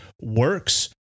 works